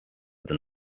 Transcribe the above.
den